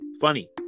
funny